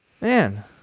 man